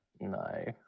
No